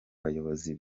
bayobozi